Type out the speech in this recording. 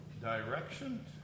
direction